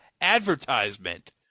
advertisement